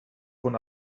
von